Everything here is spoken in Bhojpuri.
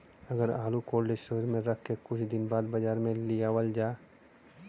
अगर आलू कोल्ड स्टोरेज में रख के कुछ दिन बाद बाजार में लियावल जा?